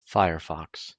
firefox